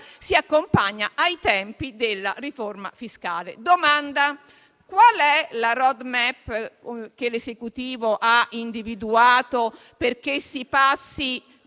si accompagni ai tempi della riforma fiscale. Domanda: qual è la *roadmap* che l'Esecutivo ha individuato perché si passi